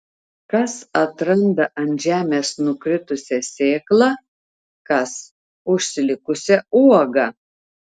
kas atranda ant žemės nukritusią sėklą kas užsilikusią uogą